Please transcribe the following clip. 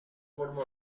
forma